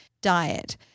diet